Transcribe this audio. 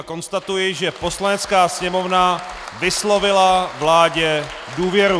Konstatuji, že Poslanecká sněmovna vyslovila vládě důvěru.